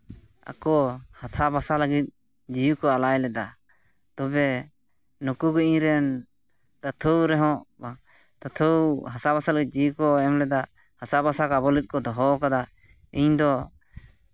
ᱟᱠᱚ ᱦᱟᱥᱟ ᱵᱷᱟᱥᱟ ᱞᱟᱹᱜᱤᱫ ᱡᱤᱣᱤ ᱠᱚ ᱟᱞᱟᱭ ᱞᱮᱫᱟ ᱛᱚᱵᱮ ᱱᱩᱠᱩ ᱜᱮ ᱤᱧ ᱨᱮᱱ ᱛᱟᱛᱷᱳᱣ ᱨᱮᱦᱚᱸ ᱛᱟᱛᱷᱳᱣ ᱦᱟᱥᱟᱼᱵᱷᱟᱥᱟ ᱞᱟᱹᱜᱤᱫ ᱡᱤᱣᱤ ᱠᱚ ᱮᱢ ᱞᱮᱫᱟ ᱦᱟᱥᱟᱼᱵᱷᱟᱥᱟ ᱟᱵᱚ ᱞᱟᱹᱜᱤᱫ ᱠᱚ ᱫᱚᱦᱚ ᱠᱟᱫᱟ ᱤᱧᱫᱚ